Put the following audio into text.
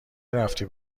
رفتی